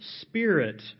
spirit